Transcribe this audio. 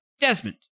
Desmond